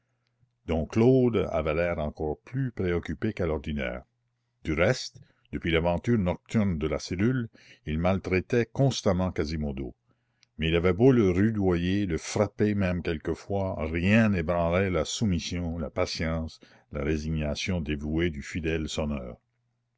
dom claude avait l'air encore plus préoccupé qu'à l'ordinaire du reste depuis l'aventure nocturne de la cellule il maltraitait constamment quasimodo mais il avait beau le rudoyer le frapper même quelquefois rien n'ébranlait la soumission la patience la résignation dévouée du fidèle sonneur